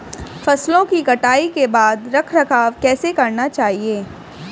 फसलों की कटाई के बाद रख रखाव कैसे करना चाहिये?